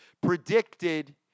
predicted